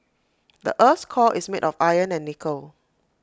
the Earth's core is made of iron and nickel